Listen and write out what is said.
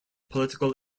political